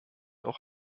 auch